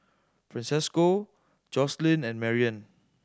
Francesco Joselin and Marian